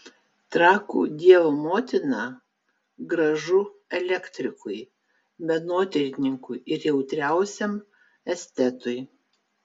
trakų dievo motina gražu elektrikui menotyrininkui ir jautriausiam estetui